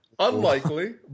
Unlikely